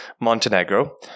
Montenegro